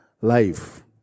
life